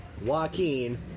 Joaquin